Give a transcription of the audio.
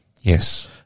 Yes